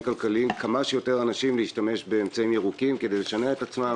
כלכליים כמה שיותר אנשים להשתמש באמצעים ירוקים כדי לשנע את עצמם.